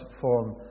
form